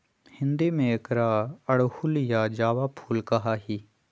हिंदी में एकरा अड़हुल या जावा फुल कहा ही